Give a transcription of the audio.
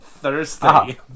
Thursday